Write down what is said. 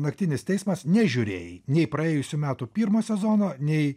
naktinis teismas nežiūrėjai nei praėjusių metų pirmo sezono nei